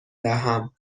دهم